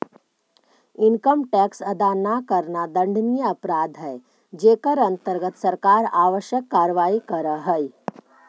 income tax अदा न करला दंडनीय अपराध हई जेकर अंतर्गत सरकार आवश्यक कार्यवाही करऽ हई